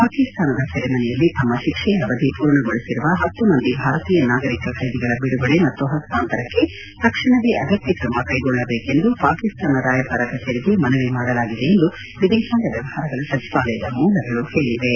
ಪಾಕಿಸ್ತಾನದ ಸೆರೆಮನೆಯಲ್ಲಿ ತಮ್ಮ ಶಿಕ್ಷೆಯ ಅವಧಿ ಪೂರ್ಣಗೊಳಿಸಿರುವ ಹತ್ತು ಮಂದಿ ಭಾರತೀಯ ನಾಗರಿಕ ಖ್ಯೆದಿಗಳ ಬಿಡುಗಡೆ ಮತ್ತು ಹಸ್ತಾಂತರಕ್ಕೆ ತಕ್ಷಣವೇ ಅಗತ್ತ್ ಕ್ರಮ ಕೈಗೊಳ್ಳಬೇಕೆಂದು ಪಾಕಿಸ್ತಾನ ರಾಯಭಾರ ಕಚೇರಿಗೆ ಮನವಿ ಮಾಡಲಾಗಿದೆಯೆಂದು ವಿದೇಶಾಂಗ ವ್ಯವಹಾರಗಳ ಸಚಿವಾಲಯದ ಮೂಲಗಳು ಹೇಳಿವೆ